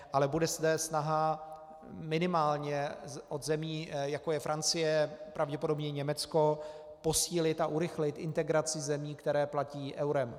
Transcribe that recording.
Ale bude zde snaha minimálně od zemí, jako je Francie, pravděpodobně Německo, posílit a urychlit integraci zemí, které platí eurem.